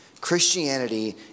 Christianity